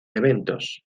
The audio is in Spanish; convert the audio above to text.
eventos